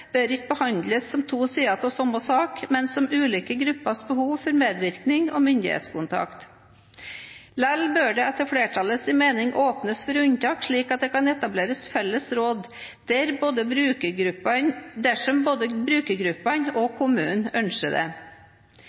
bør ikke behandles som to sider av samme sak, men som ulike gruppers behov for medvirkning og myndighetskontakt. Likevel bør det etter flertallets mening åpnes for unntak slik at det kan etableres felles råd der brukergruppene og kommunene ønsker det.